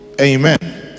amen